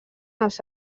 els